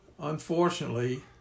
Unfortunately